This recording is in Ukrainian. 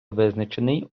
визначений